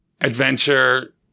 adventure